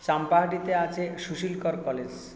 চাম্পাহাটিতে আছে সুশিলকর কলেজ